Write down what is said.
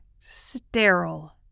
sterile